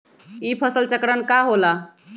ई फसल चक्रण का होला?